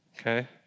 okay